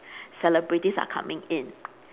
celebrities are coming in